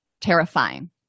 terrifying